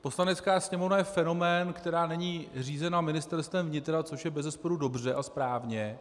Poslanecká sněmovna je fenomén, který není řízen Ministerstvem vnitra, což je bezesporu dobře a správně.